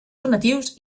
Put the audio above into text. donatius